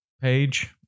page